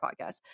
podcast